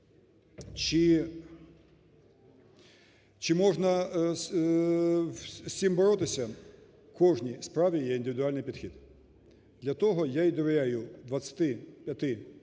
Чи можна з цим боротися? В кожній справі є індивідуальний підхід. Для того я й довіряю 25 прокурорам